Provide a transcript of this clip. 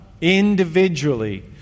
individually